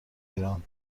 ایران